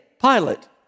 Pilate